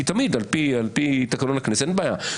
כי על פי תקנון הכנסת אין בעיה,